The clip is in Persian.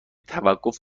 توقف